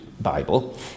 Bible